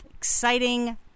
Exciting